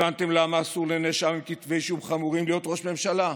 הבנתם למה אסור לנאשם עם כתבי אישום חמורים להיות ראש ממשלה?